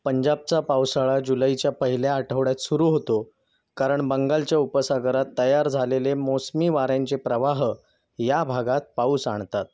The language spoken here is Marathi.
पंजाबचा पावसाळा जुलैच्या पहिल्या आठवड्यात सुरू होतो कारण बंगालच्या उपसागरात तयार झालेले मोसमी वाऱ्यांचे प्रवाह या भागात पाऊस आणतात